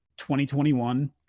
2021